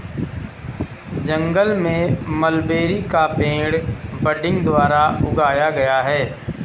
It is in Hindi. जंगल में मलबेरी का पेड़ बडिंग द्वारा उगाया गया है